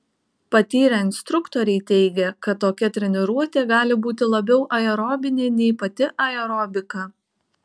patyrę instruktoriai teigia kad tokia treniruotė gali būti labiau aerobinė nei pati aerobika